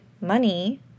money